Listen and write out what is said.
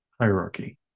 hierarchy